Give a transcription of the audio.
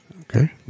Okay